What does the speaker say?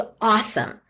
awesome